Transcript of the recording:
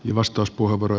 arvoisa puhemies